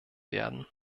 werden